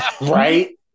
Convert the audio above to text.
Right